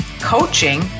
coaching